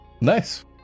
nice